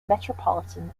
metropolitan